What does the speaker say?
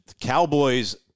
Cowboys